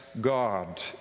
God